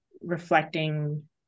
reflecting